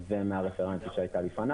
בדקתי עם הרפרנטית שהייתה לפני